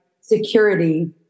security